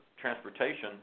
Transportation